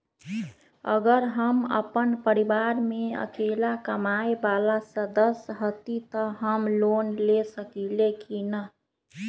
अगर हम अपन परिवार में अकेला कमाये वाला सदस्य हती त हम लोन ले सकेली की न?